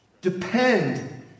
Depend